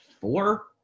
four